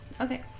Okay